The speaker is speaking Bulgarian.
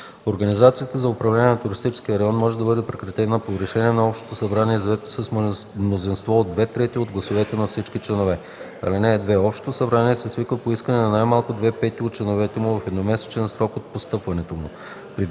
Организацията за управление на туристическия район може да бъде прекратена по решение на общото събрание, взето с мнозинство от две трети от гласовете на всички членове. (2) Общото събрание се свиква по искане на най-малко две пети от членовете му в едномесечен срок от постъпването му.